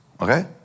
Okay